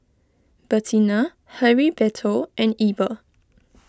Bertina Heriberto and Eber